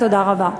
תודה רבה.